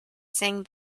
sing